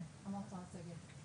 מקבל את הנימה הצינית קצת